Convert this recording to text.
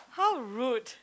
how rude